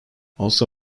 also